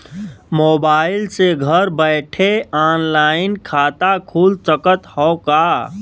Mobile से घर बैठे ऑनलाइन खाता खुल सकत हव का?